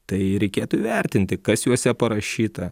tai reikėtų įvertinti kas juose parašyta